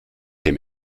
dem